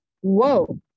whoa